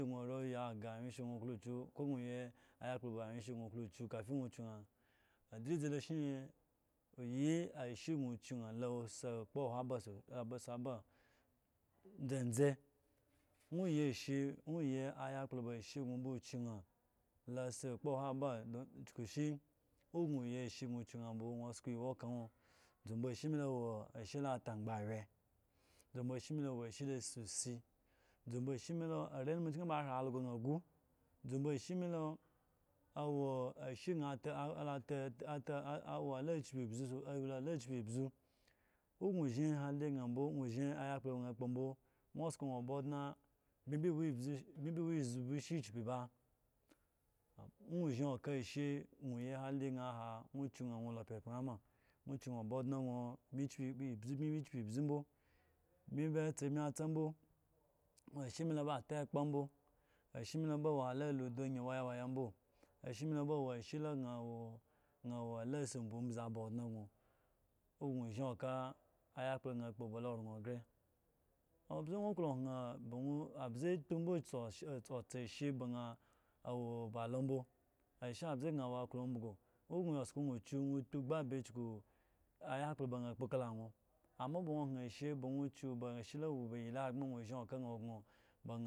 o wo dzadzi gno are yi aga anwyeshe gno klo chgu ko ye ayakpla ba anwyeshe gno klo chyu kafi nwo chgu naa dzudzi lo shine oyi ashe grio chgu maa la wo si akpokhow o so asi ba ndzen dze nwo yi ashe nwo yi ayakpplo ba ashe gno ba nwo ba chyu naa la si okpkhwo si ba chuku shi owoo gno yi ushe gno chyu naa mbo nwo sko ewo ka nwo dzumbo ashe me lo wo ashe la tangbawre dzu mbo ashe me lo awo ashe la sii osi dzumbo arenmu chin ba hre algo gna gu dzumbo ashe mi lo awoo ashe gna ta ala get ta ta awo ala chku bzu o gno zhin hali gna mbo nwo zhin ayakpla gna pko mbo nwo sko naa ba odna bmi bi wu ibzu bmi bi wu izbu sha chpi ba nwo zhin oka ashe nwo yi hali gna aha nwo chyu naa nwo wo la pyepyan nam nwo chyu naa ba odne nwo nwo bmi bi chku itzu mbo bmi ba e tsa bmi atsa mbo ashe me lo ba te kpa mbo, ashe me lo ba wa ala lu udu anya wayawaya mbo ashe me lo ba wo ashe la gna woo gria wo ala si obumbzi aba odne grio a wo gria wo ala si obumbzi aba odne gior o wo grio zhin okaa ayakpla gria kpo bala ran gre obze nwo wo hyen ba nwo abze kpyi mbo tsotsa ashe ban awo ba lo mbo ashe abze gria wo klo umbugu o grio ya sko ñaa kpo kala nwo amma ba nwo hgen ashe nwo chyu she lo wo ba iyli ahogbren